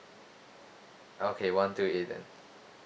okay one two eight then